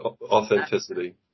authenticity